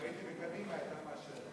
אם הייתי בקדימה היא היתה מאשרת.